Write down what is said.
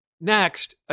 Next